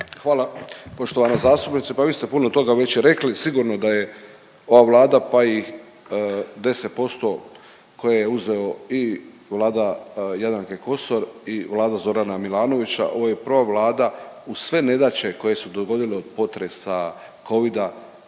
Hvala poštovana zastupnice. Pa vi ste puno toga već i rekli. Sigurno da je ova Vlada pa i 10% koje je uzeo i Vlada Jadranke Kosor i Vlada Zorana Milanovića ovo je prva Vlada uz sve nedaće koje su se dogodile od potresa, covida